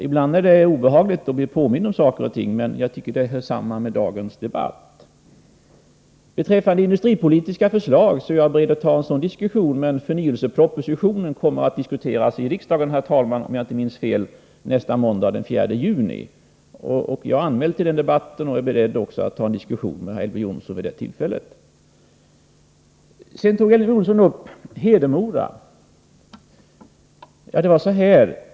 Ibland är det obehagligt att bli påmind om saker och ting, men jag tycker att detta hör samman med dagens debatt. Beträffande industripolitiska förslag vill jag säga att jag är beredd att ta upp en debatt om sådana när förnyelsepropositionen kommer att diskuteras. Om jag inte minns fel, herr talman, är det nästa måndag, den 4 juni. Jag är anmäld till den debatten och är beredd att ta upp en diskussion med Elver Jonsson vid det tillfället. Vidare nämnde Elver Jonsson Hedemora.